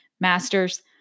masters